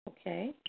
Okay